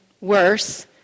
worse